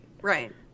right